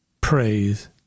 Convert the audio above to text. praise